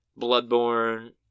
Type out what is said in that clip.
Bloodborne